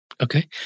Okay